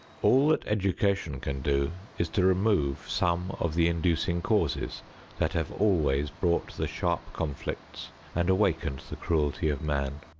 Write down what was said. all that education can do is to remove some of the inducing causes that have always brought the sharp conflicts and awakened the cruelty of man.